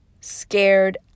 scared